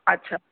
अछा